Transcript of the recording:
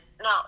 no